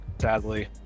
sadly